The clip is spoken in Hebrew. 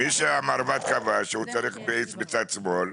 המונח הוא דוושת האצה לרגל שמאל.